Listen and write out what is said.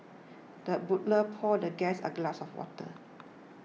the butler poured the guest a glass of water